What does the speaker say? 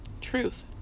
Truth